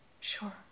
Sure